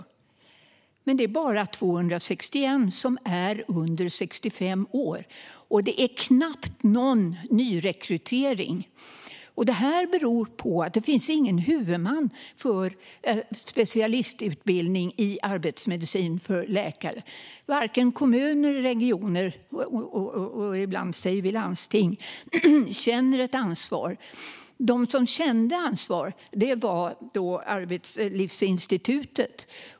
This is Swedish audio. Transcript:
Men det är bara 261 av läkarna som är under 65 år. Och det finns knappt någon nyrekrytering. Det beror på att det inte finns någon huvudman för specialistutbildning i arbetsmedicin för läkare. Varken kommuner eller regioner - ibland säger vi landsting - känner ett ansvar. De som kände ansvar var Arbetslivsinstitutet.